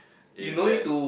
is that